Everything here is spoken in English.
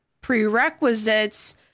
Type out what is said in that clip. prerequisites